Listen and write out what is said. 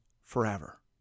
forever